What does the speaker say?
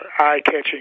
eye-catching